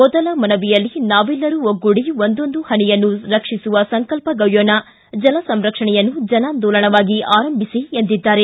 ಮೊದಲ ಮನವಿಯಲ್ಲಿ ನಾವೆಲ್ಲರೂ ಒಗ್ಗೂಡಿ ಒಂದೊಂದು ಹನಿಯನ್ನು ರಕ್ಷಿಸುವ ಸಂಕಲ್ಪ ಗೈಯ್ಕೊಣ ಜಲಸಂರಕ್ಷಣೆಯನ್ನು ಜನಾಂದೋಲನವನ್ನಾಗಿ ಆರಂಬಿಸಿ ಎಂದಿದ್ದಾರೆ